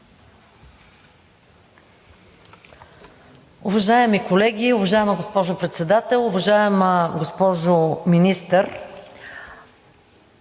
Уважаеми колеги, уважаема госпожо Председател, уважаема госпожо Министър!